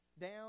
down